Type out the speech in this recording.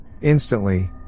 Instantly